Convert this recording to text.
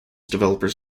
developers